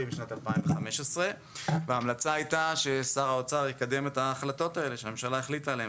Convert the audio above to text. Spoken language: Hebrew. בשנת 2015. ההמלצה הייתה ששר האוצר יקדם את ההחלטות שהממשלה החליטה עליהן,